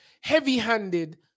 heavy-handed